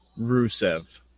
Rusev